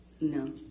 No